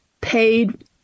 paid